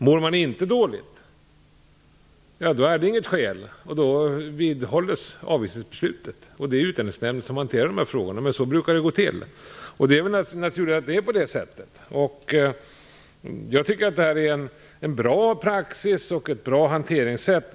Mår man inte dåligt, föreligger inte detta skäl, och då vidhålls avvisningsbeslutet. Det är Utlänningsnämnden som hanterar dessa frågor, och det är naturligt att det är så. Jag tycker att det är en bra praxis.